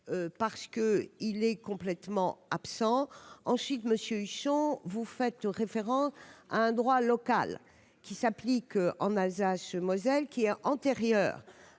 parce que il est complètement absent en monsieur Huchon, vous faites référence à un droit local qui s'applique en Alsace Moselle qui est antérieur